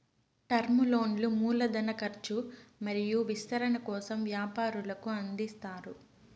term లోన్లు మూల ధన కర్చు మరియు విస్తరణ కోసం వ్యాపారులకు అందిస్తారు